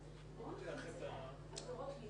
יש בעיה, תקנו את חוק העונשין.